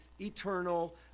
eternal